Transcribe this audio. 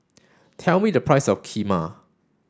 tell me the price of Kheema